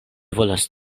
volas